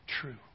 true